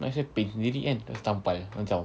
might as well paint sendiri kan terus tampal amacam